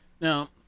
Now